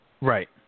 Right